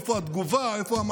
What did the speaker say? איפה התגובה?